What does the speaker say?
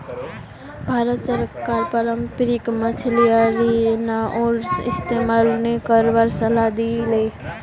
भारत सरकार पारम्परिक मछियारी नाउर इस्तमाल नी करवार सलाह दी ले